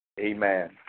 Amen